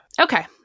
okay